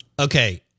Okay